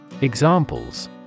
Examples